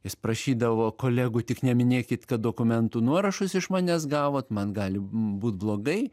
jis prašydavo kolegų tik neminėkit kad dokumentų nuorašus iš manęs gavot man gali būt blogai